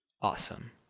awesome